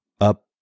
up